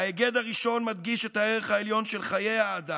ההיגד הראשון מדגיש את הערך העליון של חיי האדם,